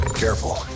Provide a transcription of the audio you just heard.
Careful